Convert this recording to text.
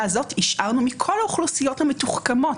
הזאת השארנו מכל האוכלוסיות המתוחכמות,